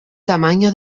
tamaño